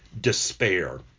despair